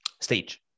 stage